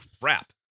crap